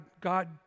God